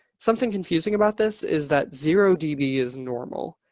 something confusing about this is that zero db is normal.